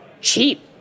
Cheap